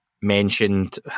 mentioned